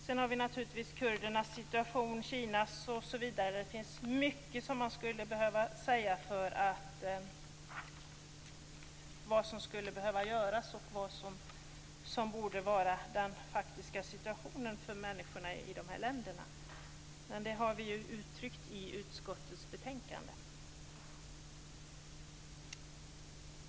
Sedan har vi naturligtvis kurdernas situation, situationen i Kina, osv. Det finns mycket man kan säga om vad som skulle behöva göras och vad som borde vara den faktiska situationen för människorna i dessa länder. Men det har vi uttryckt i utskottets betänkande.